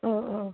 ഓ ഓ